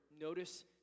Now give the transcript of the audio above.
notice